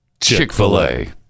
Chick-fil-A